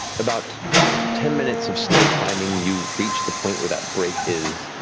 about ten minutes of slow climbing, you reach the point where that break is.